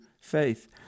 faith